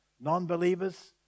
non-believers